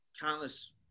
countless